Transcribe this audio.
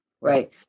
right